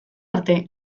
arte